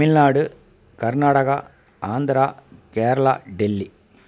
Tamil Nadu Karnataka Andhra Kerala Delhi